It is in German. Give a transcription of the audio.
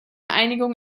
einigung